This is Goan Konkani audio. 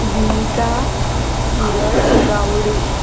विनीता सुरज गावडे